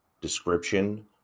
description